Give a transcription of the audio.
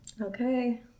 okay